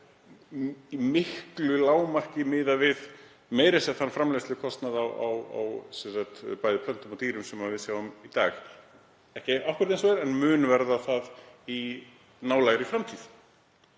það er í lágmarki miðað við þann framleiðslukostnað á bæði plöntum og dýrum sem við sjáum í dag, ekki akkúrat eins og er en mun verða í nálægri framtíð.